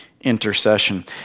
Intercession